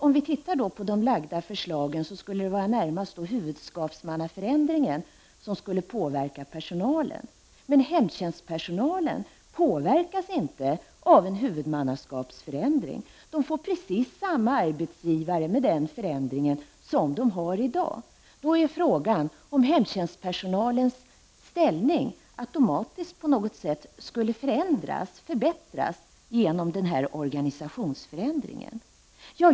Om vi ser på de förslag som har lagts fram skulle det närmast vara huvudmannaskapsförändringen som skulle påverka personalen. Men hemtjänstpersonalen påverkas inte av en huvudmannaskapsförändring. Den personalen får precis samma arbetsgivare som i dag. Frågan är då om hemtjänstpersonalens ställning automatiskt skulle förändras, förbättras på något sätt genom denna organisationsförändring.